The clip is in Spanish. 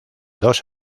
dos